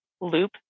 loop